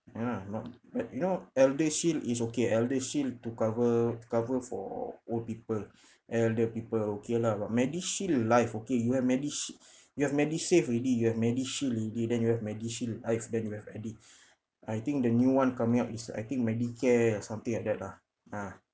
ya lah not but you know eldershield is okay eldershield to cover cover for old people elder people okay lah but medishield life okay you have medishie~ you have medisave already you have medishield already then you have medishield life then you have medi~ I think the new one coming up is I think medicare or something like that lah ah